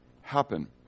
happen